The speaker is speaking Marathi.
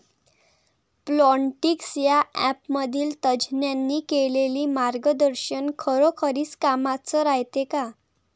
प्लॉन्टीक्स या ॲपमधील तज्ज्ञांनी केलेली मार्गदर्शन खरोखरीच कामाचं रायते का?